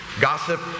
gossip